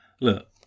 Look